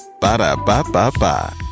Ba-da-ba-ba-ba